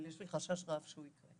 אבל יש לי חשש רב שהוא יקרה.